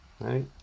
right